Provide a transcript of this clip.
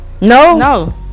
No